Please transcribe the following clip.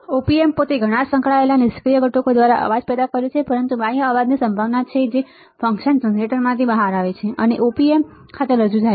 Op amp પોતે ઘણા સંકળાયેલ નિષ્ક્રિય ઘટકો દ્વારા અવાજ પેદા કરે છે પરંતુ બાહ્ય અવાજની સંભાવના છે જે ફંક્શન જનરેટરમાંથી બહાર આવે છે અને ઓપ એમ્પ સાથે રજૂ થાય છે